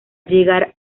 llegar